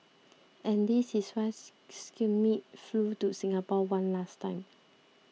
and this is why Schmidt flew to Singapore one last time